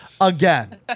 again